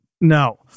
No